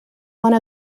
one